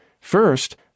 First